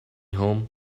home